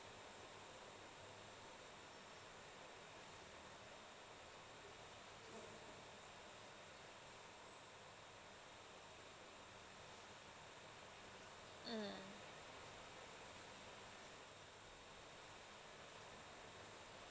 mm